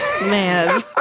Man